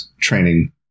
training